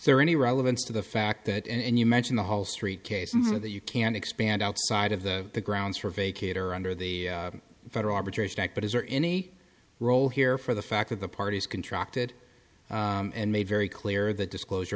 there any relevance to the fact that and you mention the whole street cases that you can expand outside of the grounds for vacate or under the federal arbitration act but is there any role here for the fact that the parties contract it and made very clear that disclosure